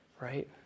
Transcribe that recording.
Right